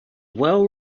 well